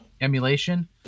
emulation